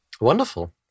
Wonderful